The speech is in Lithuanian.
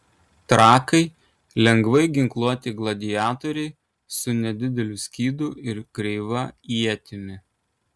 trakai lengvai ginkluoti gladiatoriai su nedideliu skydu ir kreiva ietimi